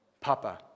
Papa